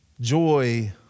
Joy